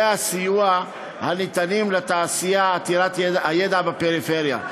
הסיוע הניתנים לתעשייה עתירת הידע בפריפריה,